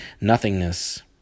nothingness